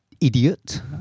idiot